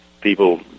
people